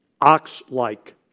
ox-like